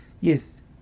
Yes